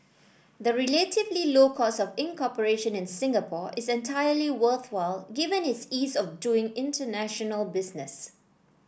the relatively low cost of incorporation in Singapore is entirely worthwhile given its ease of doing international business